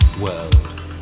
world